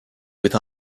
with